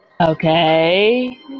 Okay